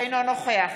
אינו נוכח